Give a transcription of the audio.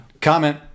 Comment